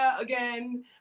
again